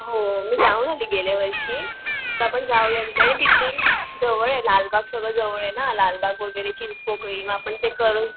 हो मी जाऊन आली गेल्या वर्षी तर आपण जाऊया तिथे आणि तिथून जवळ आहे लालबाग सगळं जवळ आहे ना लालबाग वगैरे चिंचपोकळी मग आपण ते करून